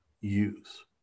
use